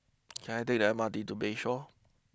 can I take the M R T to Bayshore